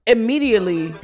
Immediately